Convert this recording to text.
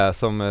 som